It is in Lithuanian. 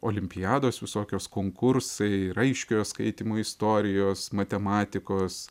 olimpiados visokios konkursai raiškiojo skaitymo istorijos matematikos